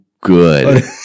good